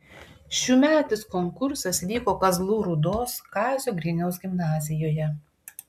šiųmetis konkursas vyko kazlų rūdos kazio griniaus gimnazijoje